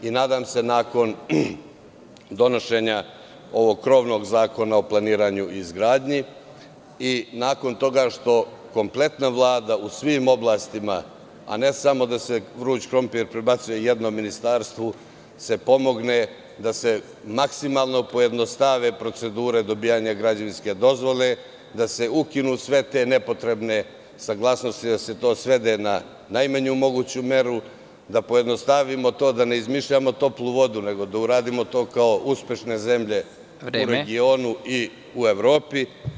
Nadam se nakon donošenja ovog krovnog zakona o planiranju i izgradnji i nakon toga što kompletna Vlada, u svim oblastima, a ne samo da se vruć krompir prebacuje jednom ministarstvu, pomogne da se maksimalno pojednostave procedure dobijanja građevinske dozvole, da se ukinu sve te nepotrebne saglasnosti, da se to sve svede na najmanju moguću meru, da to pojednostavimo, da ne izmišljamo toplu vodu, nego da to uradimo kao uspešne zemlje u regionu i Evropi.